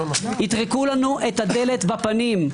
יטרקו לנו את הדלת בפנים,